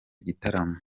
gitaramo